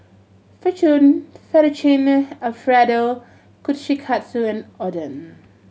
Fettuccine Alfredo Kushikatsu and Oden